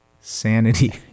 sanity